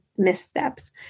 missteps